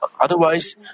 otherwise